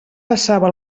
passava